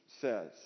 says